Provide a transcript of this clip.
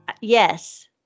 Yes